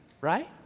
right